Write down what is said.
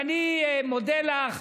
ואני מודה לך,